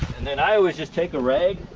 and then i always just take a rag